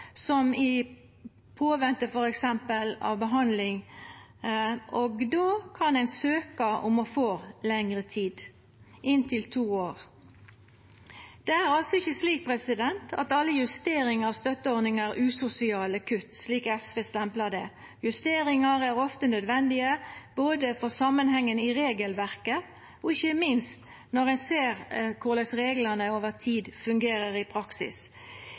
som f.eks. når ein ventar på behandling, og då kan ein søka om å få lengre tid, inntil to år. Det er altså ikkje slik at alle justeringar av støtteordningar er usosiale kutt, slik SV stemplar dei. Justeringar er ofte nødvendige både for samanhengen i regelverket og ikkje minst når ein ser korleis reglane over tid fungerer i praksis.